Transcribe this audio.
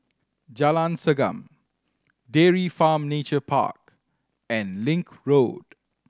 Jalan Segam Dairy Farm Nature Park and Link Road